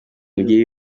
mugire